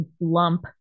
lump